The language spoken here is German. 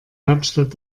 hauptstadt